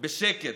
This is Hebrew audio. בשקט,